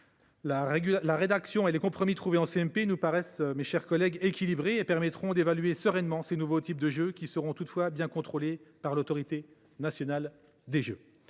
La rédaction et les compromis trouvés en commission mixte paritaire nous semblent équilibrés et permettront d’évaluer sereinement ces nouveaux types de jeux. Ils seront toutefois bien contrôlés par l’Autorité nationale des jeux